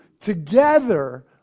together